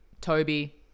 Toby